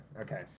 okay